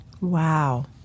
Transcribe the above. Wow